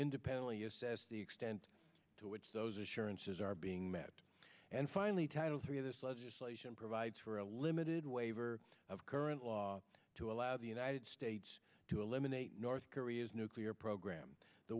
independently assess the extent to which those assurances are being met and finally title three of this legislation provides for a limited waiver of current law to allow the united states to eliminate north korea's nuclear program the